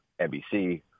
NBC